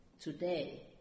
today